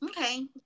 Okay